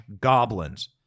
goblins